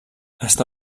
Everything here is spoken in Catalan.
està